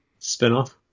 spinoff